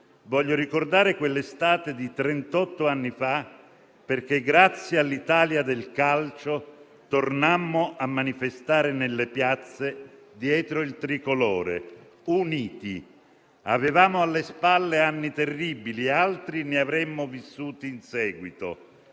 voglio ricordare quell'estate di trentotto anni fa, perché grazie all'Italia del calcio tornammo a manifestare nelle piazze dietro il tricolore, uniti. Avevamo alle spalle anni terribili e altri ne avremmo vissuti in seguito.